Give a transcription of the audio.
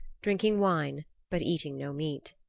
drinking wine but eating no meat.